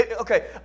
okay